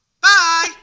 Bye